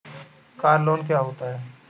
Car loan क्या होता है?